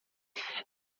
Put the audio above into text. ela